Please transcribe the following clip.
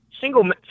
single